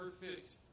perfect